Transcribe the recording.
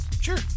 Sure